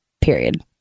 period